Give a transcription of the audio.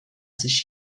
sich